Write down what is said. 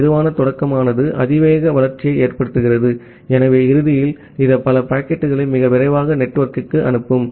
ஆகவே slow start ஆனது அதிவேக வளர்ச்சியை ஏற்படுத்துகிறது ஆகவே இறுதியில் இது பல பாக்கெட்டுகளை மிக விரைவாக நெட்வொர்க்கிற்கு அனுப்பும்